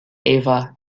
ava